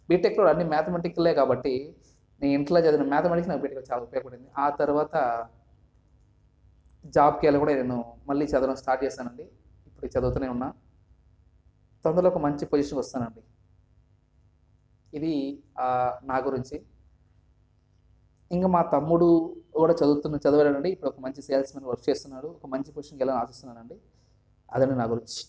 BTech లో అన్ని మ్యాథమెటికలే కాబట్టి నేను ఇంట్లో చదివిన మ్యాథమెటిక్స్ నాకు ఇక్కడ చాలా ఉపయోగపడింది ఆ తర్వాత జాబ్కి వెళ్ళి కూడా నేను మళ్ళీ చదవడం స్టార్ట్ చేశాను అండి ఇప్పటికీ చదువుతూనే ఉన్నతొందరలో ఒక మంచి పొజిషన్ వస్తానండి ఇది నా గురించి ఇంకా మా తమ్ముడు వాడు చదువుతా చదివాడండి ఇప్పుడు ఒక మంచి సేల్స్ మ్యాన్గా వర్క్ చేస్తున్నాడు ఒక మంచి పొజిషన్కి వెళ్ళాలని ఆశిస్తున్నానండి అది అండి నా గురించి